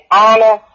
honor